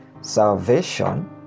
Salvation